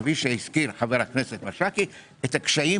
כפי שהזכיר חבר הכנסת מישרקי את הקשיים